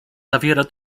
zawiera